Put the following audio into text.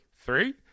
Three